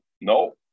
No